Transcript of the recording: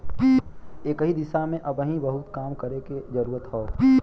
एह दिशा में अबहिन बहुते काम करे के जरुरत हौ